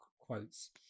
quotes